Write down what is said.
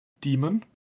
demon